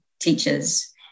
teachers